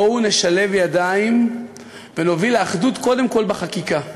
בואו נשלב ידיים ונוביל לאחדות, קודם כול בחקיקה,